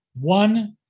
One